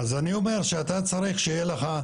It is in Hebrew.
אז אני אומר שאתה צריך שיהיה לך,